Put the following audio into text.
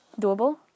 Doable